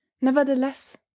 Nevertheless